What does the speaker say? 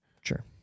Sure